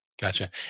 Gotcha